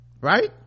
right